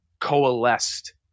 coalesced